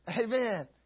Amen